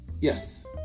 Yes